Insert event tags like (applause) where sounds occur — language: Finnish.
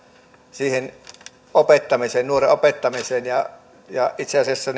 siihen nuoren opettamiseen eikä firmalla itse asiassa (unintelligible)